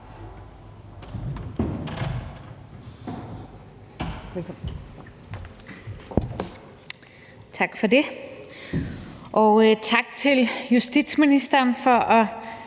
Tak for ordet, og tak til justitsministeren for